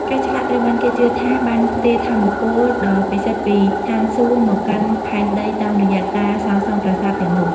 ការឆ្លាក់ត្រូវបានគេជឿថាបានផ្ទេរថាមពលដ៏ពិសិដ្ឋពីស្ថានសួគ៌មកកាន់ផែនដីតាមរយៈការសាងសង់ប្រាសាទទាំងនោះ។